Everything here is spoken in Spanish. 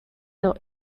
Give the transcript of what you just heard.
dos